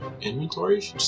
inventory